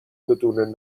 بدون